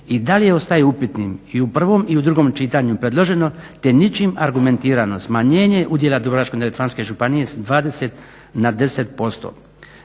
i dalje ostaje upitnim i u prvom i u drugom čitanju predloženo te ničim argumentirano smanjenje udjela Dubrovačko-neretvanske županije s 20 na 10%.